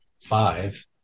five